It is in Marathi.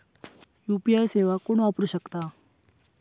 यू.पी.आय सेवा कोण वापरू शकता?